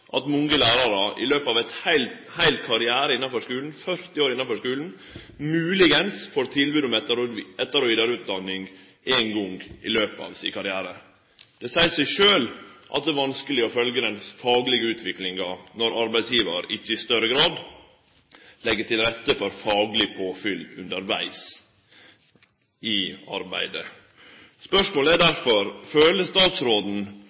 at mange lærarar i løpet av ein heil karriere innanfor skulen – 40 år – kanskje får tilbod om etter- og vidareutdanning éin gong. Det seier seg sjølv at det er vanskeleg å følgje den faglege utviklinga når arbeidsgivar ikkje i større grad legg til rette for fagleg påfyll undervegs i arbeidet. Spørsmålet er derfor: Føler statsråden,